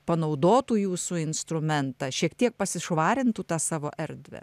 panaudotų jūsų instrumentą šiek tiek pasišvarintų tą savo erdvę